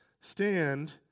Stand